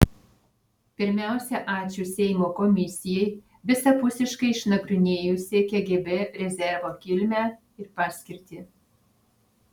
pirmiausia ačiū seimo komisijai visapusiškai išnagrinėjusiai kgb rezervo kilmę ir paskirtį